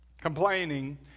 complaining